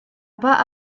pas